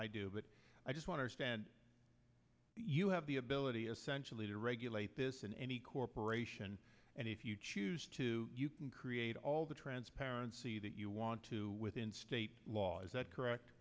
i do but i just want to you have the ability essentially to regulate this in any corporation and if you choose to you can create all the transparency that you want to within state law is that correct